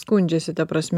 skundžiasi ta prasme